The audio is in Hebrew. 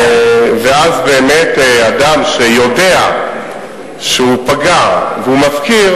ואז באמת אדם שיודע שהוא פגע והוא מפקיר,